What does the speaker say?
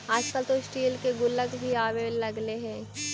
आजकल तो स्टील के गुल्लक भी आवे लगले हइ